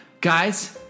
Guys